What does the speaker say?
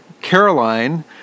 Caroline